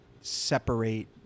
separate